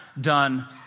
done